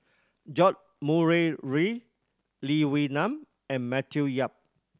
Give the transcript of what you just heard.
George Murray Reith Lee Wee Nam and Matthew Yap